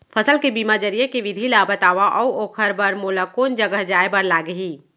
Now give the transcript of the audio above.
फसल के बीमा जरिए के विधि ला बतावव अऊ ओखर बर मोला कोन जगह जाए बर लागही?